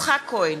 יצחק כהן,